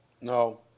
No